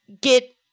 get